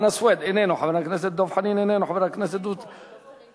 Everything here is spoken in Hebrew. חנא סוייד, איננו, חבר הכנסת דב חנין,